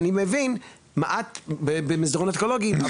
אני מבין מעט במסדרונות אקולוגיים,